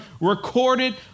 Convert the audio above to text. recorded